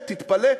תתפלא,